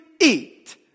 eat